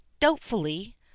doubtfully